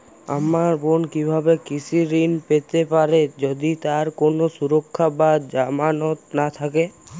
আমার বোন কীভাবে কৃষি ঋণ পেতে পারে যদি তার কোনো সুরক্ষা বা জামানত না থাকে?